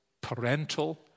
parental